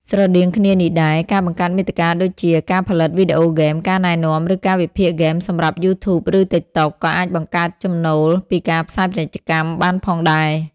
ស្រដៀងគ្នានេះដែរ ការបង្កើតមាតិកាដូចជា ការផលិតវីដេអូហ្គេម ការណែនាំ ឬការវិភាគហ្គេមសម្រាប់ យូធូប ឬតិកតុក ក៏អាចបង្កើតចំណូលពីការផ្សាយពាណិជ្ជកម្មបានផងដែរ។